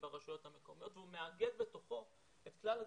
ברשויות המקומיות והוא מאגד בתוכו את כלל הגופים,